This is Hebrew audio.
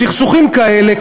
סכסוכים כאלה,